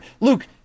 Luke